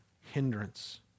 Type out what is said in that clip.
hindrance